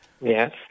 Yes